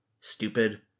stupid